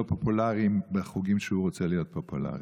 פופולריות בחוגים שהוא רוצה להיות בהם פופולרי.